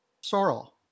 Sorrel